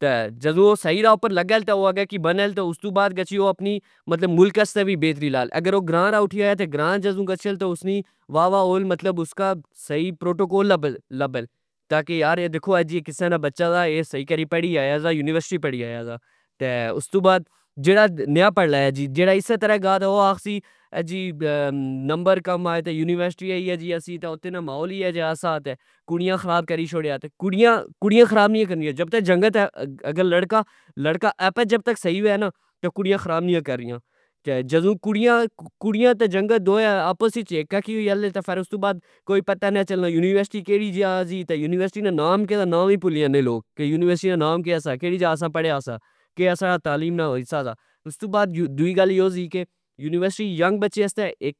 تہ جدوں او سہی را اپر لگہ او اگہ کج بنے تہ استو بعد او اپنے ملک واستہ وی بہتری لاے اگر او گراں ول اٹھی آیا گراں جدو گچھہ تہ اسنی وا وا ہو تا سہی اسکی پروٹوکول لبل تاکہ دیکھو یار اے کسہ نا بچا سا اے سہی کری پڑی آیا سا یونیورسٹی پڑی آیا سا تہ جیڑا نیا پڑلیا جی جیڑا اسہ طرع گا تہ او آکھسی اجی نمبر کم آئے یونیورسٹی ای اہہ جی سی تہ محول ای اہہ جا سا کڑیاں خراب کری شوڑیاتہ کڑیاں کڑیاں خراب نی کرنیاں جب تک جنگت اگر لڑکا آپہ جب تک سیہ وہہ نا کڑیاں خراب نی کرنیاتہ جدو کڑیاں تہ جنگت دوئے آپس اچ اکہ وچ پڑنے تہ کوئی پتا نی چلنا یونیورسٹٰ کیڑی یا سی یونیورسٹی نا ناپ کہ سا نام وی پلی جانے لوگ نام کہ سا کیڑی جگا اسں پڑیا سا کہ ساڑا تعلیم نا خصا سا استو بعد دوئی گل اے سی کہ یونیورسٹی وچ ینگ بندے واستہ اک